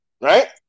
right